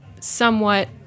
somewhat